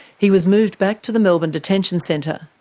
he was moved back to the melbourne detention centre.